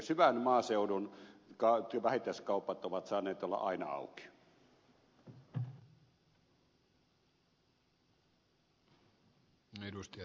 syvän maaseudun vähittäiskaupat ovat saaneet olla aina auki